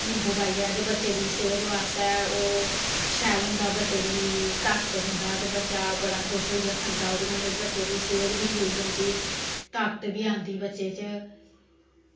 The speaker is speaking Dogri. नींबू पाइयै ते बच्चें दी सेह्त आस्तै ओह् शैल होंदा ते ओह् बच्चें गी ताकत दिंदा ते बड़ा खुश होइयै खंदा ते ओह्दे कन्नै बच्चे दी सेह्त बी ठीक रौहंदी ताकत बी आंदी बच्चे च